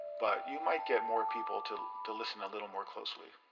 but you might get more people to to listen a little more closely.